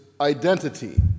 identity